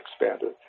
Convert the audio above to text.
expanded